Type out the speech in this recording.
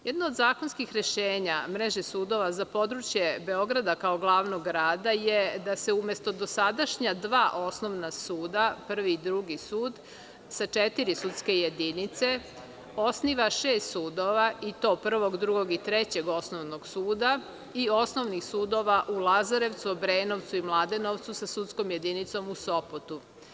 Jedno od zakonskih rešenja mreže sudova za područje Beograda kao glavnog grada je da se umesto dosadašnja dva osnovna suda, Prvi i Drugi sud, sa četiri sudske jedinice, osniva šest sudova i to Prvog, Drugog i Trećeg osnovnog suda i osnovnih sudova u Lazarevcu, Obrenovcu i Mladenovcu sa sudskom jedinicom u Sopotu.